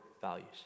values